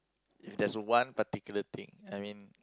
if there's one particular thing I mean